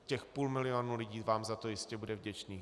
Těch půl milionu lidí vám za to jistě bude vděčných.